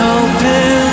open